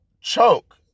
choke